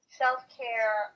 self-care